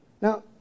Now